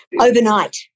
Overnight